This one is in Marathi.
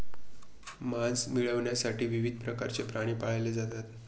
मांस मिळविण्यासाठी विविध प्रकारचे प्राणी पाळले जातात